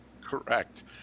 Correct